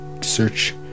search